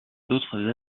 d’autres